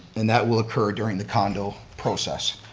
and that will occur during the condo process.